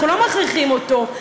אנחנו לא מכריחים אותו.